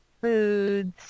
foods